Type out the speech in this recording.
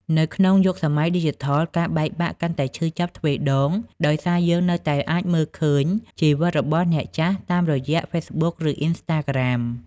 នៅក្នុងយុគសម័យឌីជីថល ការបែកបាក់កាន់តែឈឺចាប់ទ្វេដង ដោយសារយើងនៅតែអាចមើលឃើញជីវិតរបស់អ្នកចាស់តាមរយៈ Facebook ឬ Instagram។